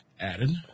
added